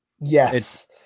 yes